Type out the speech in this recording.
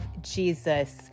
Jesus